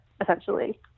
essentially